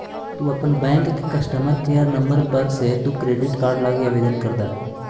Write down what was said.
तु अपन बैंक के कस्टमर केयर नंबर पर से तु क्रेडिट कार्ड लागी आवेदन कर द